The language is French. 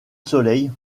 soleil